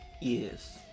Yes